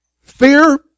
Fear